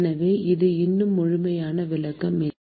எனவே இது இன்னும் முழுமையான விளக்கம் இல்லை